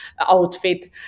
outfit